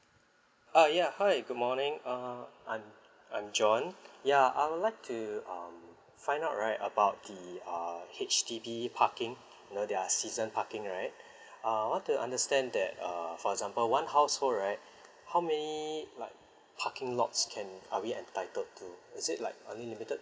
uh ya hi good morning uh I'm I'm john ya I would like to um find out right about the uh H_D_B parking you know their season parking right err I want to understand that uh for example one household right how many like parking lots can are we entitled to is it like only limited